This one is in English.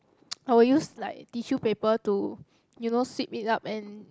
I will use like tissue paper to you know sweep it up and